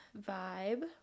vibe